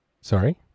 Sorry